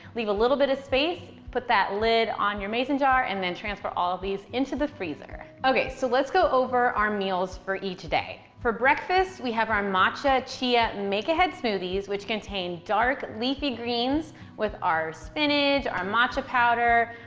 leave a little bit of space, put that lid on your mason jar, and then transfer all of these into the freezer. okay, so let's go over our meals for each day. for breakfast, we have our matcha chia make-ahead smoothies, which contain dark leafy greens with our spinach, our matcha powder,